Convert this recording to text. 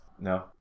No